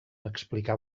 explicar